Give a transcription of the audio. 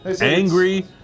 Angry